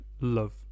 love